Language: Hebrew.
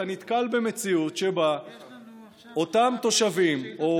אתה נתקל במציאות שבה אותם תושבים או